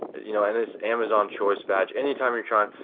you know and this amazon choice badge, any time you're trying,